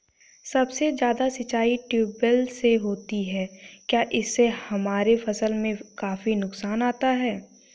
सबसे ज्यादा सिंचाई ट्यूबवेल से होती है क्या इससे हमारे फसल में काफी नुकसान आता है?